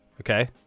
okay